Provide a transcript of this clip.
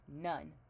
none